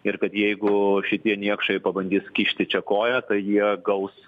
ir kad jeigu šitie niekšai pabandys kišti čia koją tai jie gaus